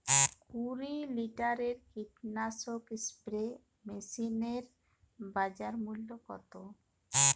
কুরি লিটারের কীটনাশক স্প্রে মেশিনের বাজার মূল্য কতো?